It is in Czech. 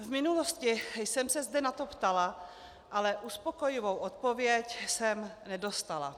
V minulosti jsem se zde na to ptala, ale uspokojivou odpověď jsem nedostala.